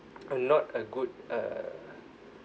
uh not a good uh